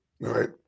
right